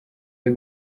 iyo